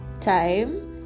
time